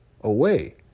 away